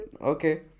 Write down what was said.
Okay